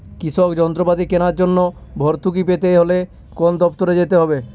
কৃষি যন্ত্রপাতি কেনার জন্য ভর্তুকি পেতে হলে কোন দপ্তরে যেতে হবে?